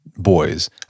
boys